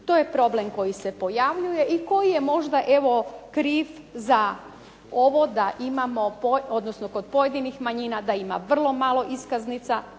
To je problem koji se pojavljuje i koji je možda kriv za ovo da imamo pod pojedinih manjina da ima vrlo malo iskaznica